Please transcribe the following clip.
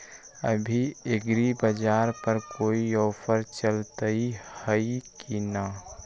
अभी एग्रीबाजार पर कोई ऑफर चलतई हई की न?